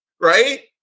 Right